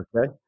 Okay